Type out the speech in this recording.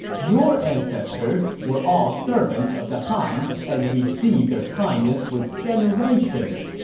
your ancestors were all servants of the han and received their kindness for generations.